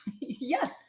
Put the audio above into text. Yes